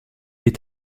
est